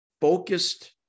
focused